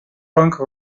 punk